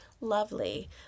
lovely